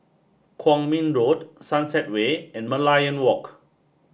Kwong Min Road Sunset Way and Merlion Walk